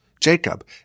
Jacob